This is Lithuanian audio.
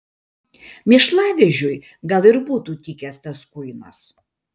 mėšlavežiui gal ir būtų tikęs tas kuinas